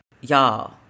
Y'all